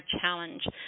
Challenge